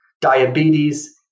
diabetes